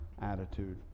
attitude